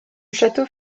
château